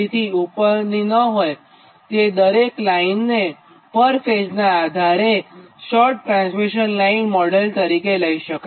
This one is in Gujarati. થી ઉપર ન હોય તે દરેક લાઇનને પર ફેઇઝનાં આધારે શોર્ટ ટ્રાન્સમિશન લાઇન મોડેલ તરીકે લઈ શકાય